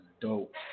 dope